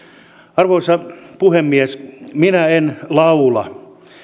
arvoisa puhemies minä en laula